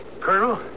Colonel